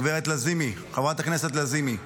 גברת לזימי, חברת הכנסת לזימי,